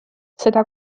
seda